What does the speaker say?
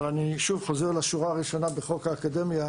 אבל אני חוזר לשורה הראשונה בחוק האקדמיה,